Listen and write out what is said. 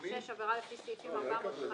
(6) עבירה לפי סעיפים 415,